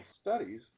studies